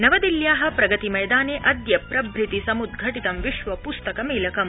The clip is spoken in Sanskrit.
नवदिल्या प्रगतिमैदाने अद्य प्रभृति समुद्घटितं विश्व पुस्तकमेलकम्